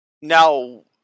Now